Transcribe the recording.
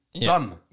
done